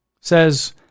says